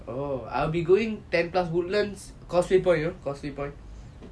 oh I will be going ten plus woodlands causeway point you know causeway point